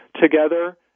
together